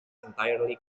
entirely